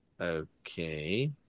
Okay